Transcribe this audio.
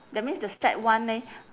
that means the sad one eh